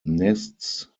nests